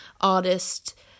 artist